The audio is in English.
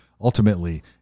Ultimately